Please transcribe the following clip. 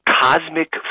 cosmic